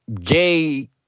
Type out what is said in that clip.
gay